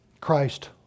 Christ